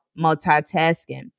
multitasking